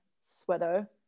sweater